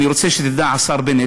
אני רוצה שתדע, השר בנט,